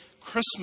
Christmas